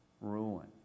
ruin